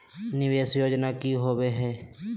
निवेस योजना की होवे है?